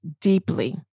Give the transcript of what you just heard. deeply